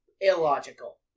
Illogical